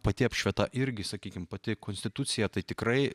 pati apšvieta irgi sakykim pati konstitucija tai tikrai